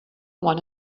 one